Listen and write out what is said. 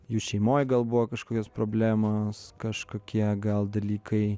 jų šeimoj gal buvo kažkokios problemos kažkokie gal dalykai